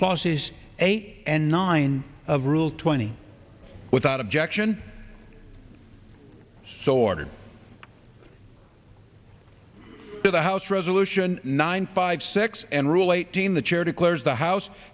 clauses eight and nine of rule twenty without objection so ordered to the house resolution nine five six and rule eighteen the chair declares the house